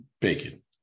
bacon